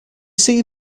see